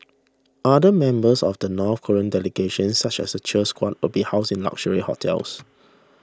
other members of the North Korean delegation such as the cheer squad will be housed in luxury hotels